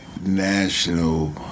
national